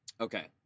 Okay